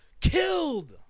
Killed